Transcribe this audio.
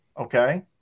okay